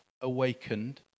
awakened